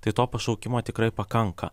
tai to pašaukimo tikrai pakanka